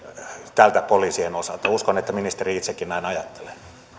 tältä poliisien osalta uskon että ministeri itsekin näin ajattelee